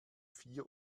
vier